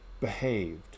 behaved